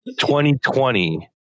2020